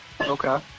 Okay